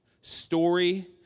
story